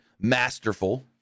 masterful